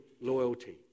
loyalty